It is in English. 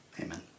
Amen